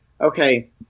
Okay